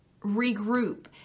regroup